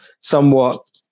somewhat